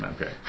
Okay